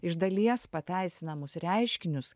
iš dalies pateisinamus reiškinius